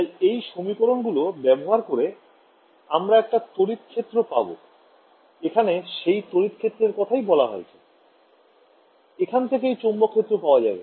তাই এই সমীকরণগুলো ব্যবহার করে আমরা একটা তড়িৎ ক্ষেত্র পাবো এখানে সেই তড়িৎ ক্ষেত্রের কথাই বলা আছে এখান থেকেই চৌম্বক ক্ষেত্রও পাওয়া যাবে